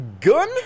Gun